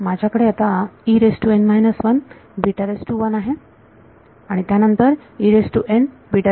माझ्याकडे आहे आणि त्यानंतर